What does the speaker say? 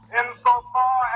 insofar